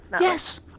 yes